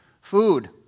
food